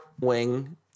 wing